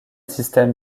système